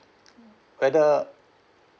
whether